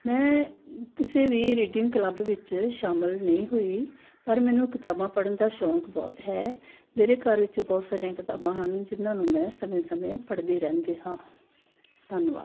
ਮੈਂ ਕਿਸੇ ਵੀ ਰੀਡਿੰਗ ਕਲੱਬ ਵਿੱਚ ਸ਼ਾਮਿਲ ਨਹੀਂ ਹੋਈ ਪਰ ਮੈਨੂੰ ਕਿਤਾਬਾਂ ਪੜ੍ਹਨ ਦਾ ਸ਼ੌਕ ਬਹੁਤ ਹੈ ਮੇਰੇ ਘਰ ਵਿੱਚ ਬਹੁਤ ਸਾਰੀਆਂ ਕਿਤਾਬਾਂ ਹਨ ਜਿਨ੍ਹਾਂ ਨੂੰ ਮੈਂ ਸਮੇਂ ਸਮੇਂ ਪੜ੍ਹਦੀ ਰਹਿੰਦੀ ਹਾਂ ਧੰਨਵਾਦ